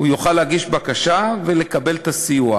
הוא יוכל להגיש בקשה ולקבל את הסיוע,